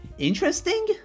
interesting